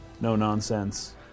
no-nonsense